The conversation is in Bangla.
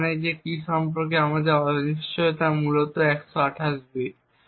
যার মানে হল যে কী সম্পর্কে আমাদের অনিশ্চয়তা মূলত 128 বিট